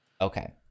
Okay